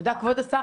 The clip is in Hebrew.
תודה כבוד השר.